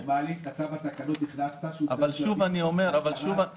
בתקנות נכתב שצריך לקבל הצהרת יצרן.